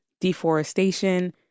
deforestation